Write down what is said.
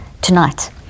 tonight